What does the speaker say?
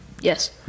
Yes